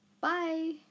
Bye